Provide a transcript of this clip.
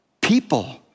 people